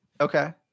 Okay